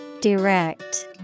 direct